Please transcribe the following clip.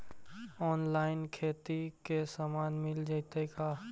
Online खेती के सामान मिल जैतै का?